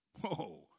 Whoa